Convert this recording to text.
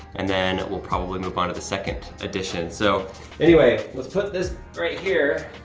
and then we'll probably move on to the second edition. so anyway, let's put this right here.